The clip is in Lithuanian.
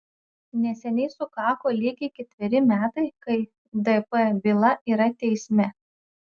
neseniai sukako lygiai ketveri metai kai dp byla yra teisme